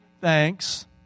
thanks